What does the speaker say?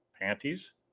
panties